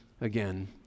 again